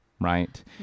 right